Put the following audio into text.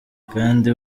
kandi